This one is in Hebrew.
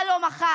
מה לא מכרת?